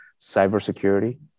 cybersecurity